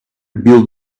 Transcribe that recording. build